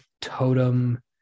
totem